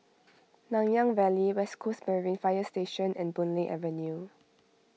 Nanyang Valley West Coast Marine Fire Station and Boon Lay Avenue